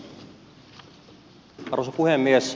arvoisa puhemies